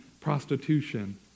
prostitution